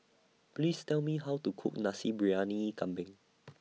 Please Tell Me How to Cook Nasi Briyani Kambing